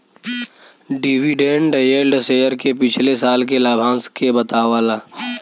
dividend yield share पे पिछले साल के लाभांश के बतावला